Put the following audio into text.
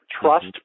trust